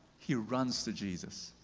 he runs to jesus.